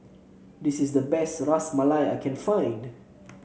this is the best Ras Malai I can find